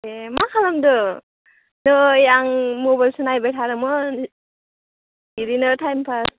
ए मा खालामदों नै आं मबाइलसो नायबाय थादोंमोन बिदिनो टाइम पास